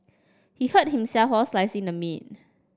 he hurt himself while slicing the meat